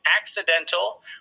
accidental